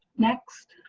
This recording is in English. next,